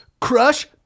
Crush